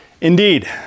Indeed